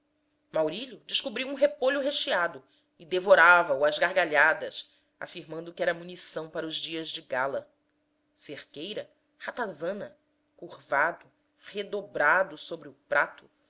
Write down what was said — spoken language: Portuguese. maurílio descobriu um repolho recheado e devorava o às gargalhadas afirmando que era munição para os dias de gala cerqueira ratazana curvado redobrado sobre o prato